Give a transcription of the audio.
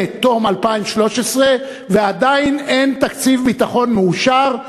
תום 2013 ועדיין אין תקציב ביטחון מאושר,